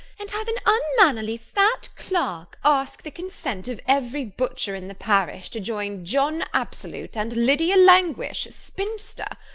and have an unmannerly fat clerk ask the consent of every butcher in the parish to join john absolute and lydia languish, spinster!